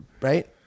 right